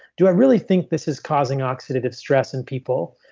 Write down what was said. do i really think this is causing oxidative stress in people?